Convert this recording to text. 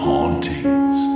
Hauntings